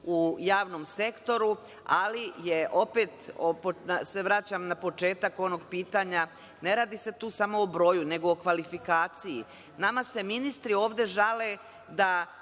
u javnom sektoru, ali opet se vraćam na početak onog pitanja, ne radi se tu samo o broju, nego i o kvalifikaciji. Nama se ministri ovde žale da